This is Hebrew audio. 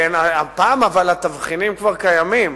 אבל הפעם התבחינים כבר קיימים.